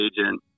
agent